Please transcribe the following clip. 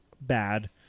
bad